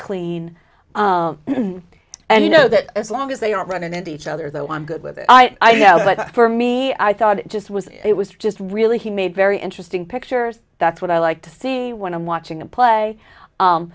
clean and you know that as long as they are running into each other though i'm good with it i know but for me i thought it just was it was just really he made very interesting pictures that's what i like to see when i'm watching a play